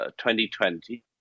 2020